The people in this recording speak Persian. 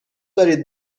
دارید